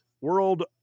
world